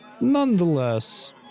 Nonetheless